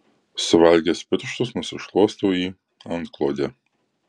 suvalgęs pirštus nusišluostau į antklodę